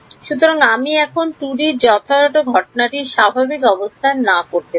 সুতরাং আমি এখন 2D যথাযথ ঘটনাটি স্বাভাবিক অবস্থায় না করতে পারি